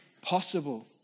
possible